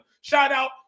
Shout-out